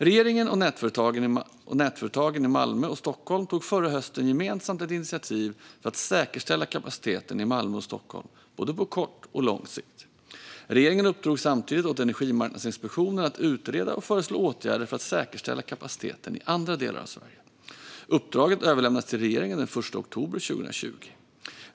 Regeringen och nätföretagen i Malmö och Stockholm tog förra hösten gemensamt ett initiativ för att säkerställa kapaciteten i Malmö och Stockholm på både kort och lång sikt. Regeringen uppdrog samtidigt åt Energimarknadsinspektionen att utreda och föreslå åtgärder för att säkerställa kapaciteten i andra delar av Sverige. Uppdraget överlämnades till regeringen den 1 oktober 2020.